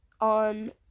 on